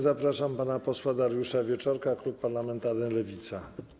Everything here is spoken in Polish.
Zapraszam pana posła Dariusza Wieczorka, klub parlamentarny Lewica.